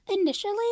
Initially